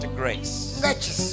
grace